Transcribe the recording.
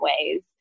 ways